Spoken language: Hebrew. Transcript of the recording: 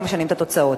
לא משנים את התוצאות.